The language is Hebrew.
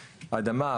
אדמה,